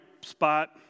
spot